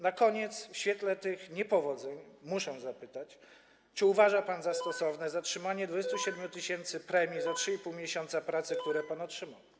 Na koniec w świetle tych niepowodzeń muszę zapytać: Czy uważa pan za stosowne zatrzymanie 27 tys. premii za 3,5 miesiąca pracy, które pan otrzymał?